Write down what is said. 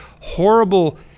horrible